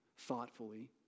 thoughtfully